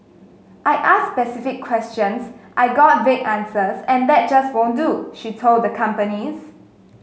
I asked specific questions I got vague answers and that just won't do she told the companies